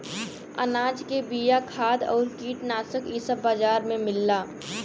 अनाज के बिया, खाद आउर कीटनाशक इ सब बाजार में मिलला